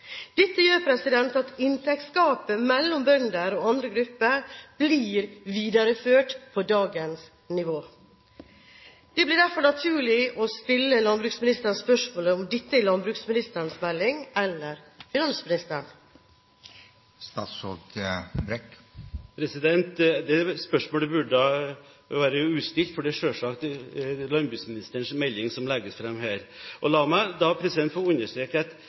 Dette gjør at inntektsgapet mellom bønder og andre grupper blir videreført på dagens nivå. Det blir derfor naturlig å stille landbruksministeren spørsmål om dette er landbruksministerens melding eller finansministerens melding. Det spørsmålet burde ikke vært stilt – det er selvsagt landbruksministerens melding som legges fram her. La meg